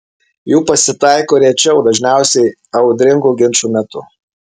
jų pasitaiko rečiau dažniausiai audringų ginčų metu